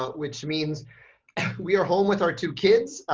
ah which means we are home with our two kids.